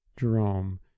Jerome